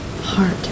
heart